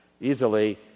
easily